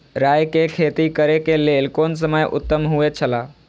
राय के खेती करे के लेल कोन समय उत्तम हुए छला?